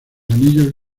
anillos